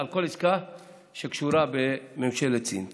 שקשורה בממשלת סין.